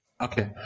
Okay